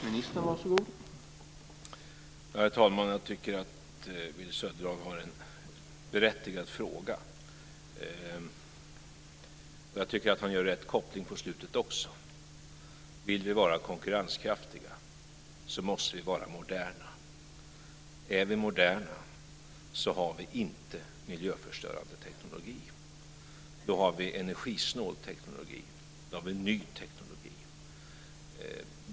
Herr talman! Jag tycker att Willy Söderdahl har en berättigad fråga. Jag tycker också att han gör rätt koppling på slutet. Vill vi vara konkurrenskraftiga måste vi vara moderna. Om vi är moderna har vi inte miljöförstörande teknologi. Då har vi energisnål teknologi. Då har vi en ny teknologi.